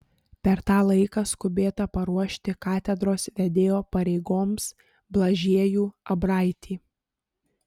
per tą laiką skubėta paruošti katedros vedėjo pareigoms blažiejų abraitį